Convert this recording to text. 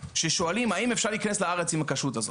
ששואלים האם אפשר להיכנס לארץ עם הכשרות הזאת,